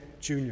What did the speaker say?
Jr